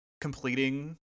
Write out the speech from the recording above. completing